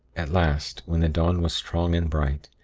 at last, when the dawn was strong and bright,